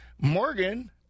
Morgan